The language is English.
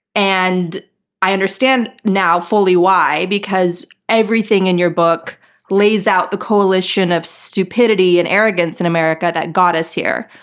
and i understand now fully why, because everything in your book lays out the coalition of stupidity and arrogance in america that got us here.